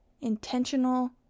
intentional